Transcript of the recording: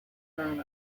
grown